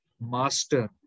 master